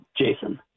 Jason